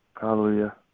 Hallelujah